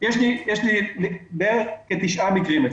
יש לי בערך כ-9 מקרים אצלי.